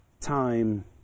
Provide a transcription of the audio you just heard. time